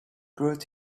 brought